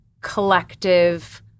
collective